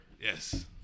Yes